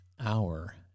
hour